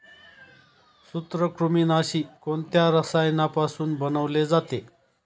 सूत्रकृमिनाशी कोणत्या रसायनापासून बनवले जाते?